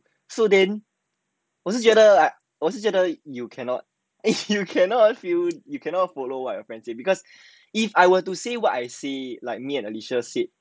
so then 我是觉得我是觉得 you cannot you cannot feel you cannot follow what your friend say because if I were to see what I see like me and alicia